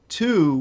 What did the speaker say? two